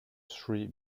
three